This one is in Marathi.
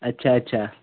अच्छा अच्छा